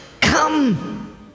Come